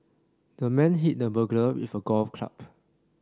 the man hit the burglar with a golf club